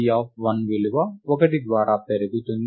C1 విలువ 1 ద్వారా పెరుగుతుంది